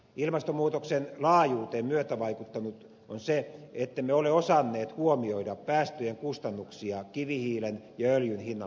ilmastonmuutoksen laajuuteen on myötävaikuttanut se ettemme ole osanneet huomioida päästöjen kustannuksia kivihiilen ja öljyn hinnanmuodostuksessa